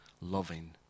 loving